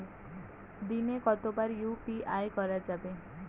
দিনে কতবার ইউ.পি.আই করা যাবে?